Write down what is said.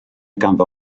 ganddo